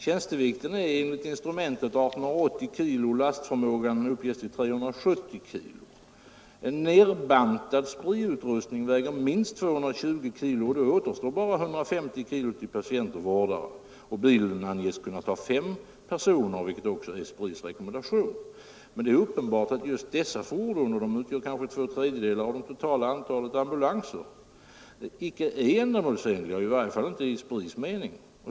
Tjänstevikten är enligt besiktningsintrumentet 1 880 kilo, och lastförmågan uppges till 370 kilo. En nedbantad SPRI-utrustning väger minst 220 kilo, och då återstår bara 150 kilo till patient och vårdare. Bilen anges kunna ta fem personer, vilket också är SPRI:s rekommendation. Det är uppenbart att just dessa fordon — de utgör kanske två tredjedelar av det totala antalet ambulanser — inte är ändamålsenliga, i varje fall inte i SPRI:s mening.